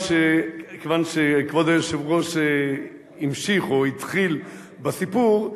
מכיוון שכבוד היושב-ראש המשיך או התחיל בסיפור,